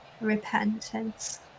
repentance